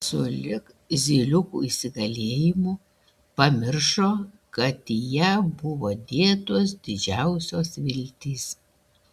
sulig zyliukų įsigalėjimu pamiršo kad į ją buvo dėtos didžiausios viltys